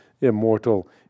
immortal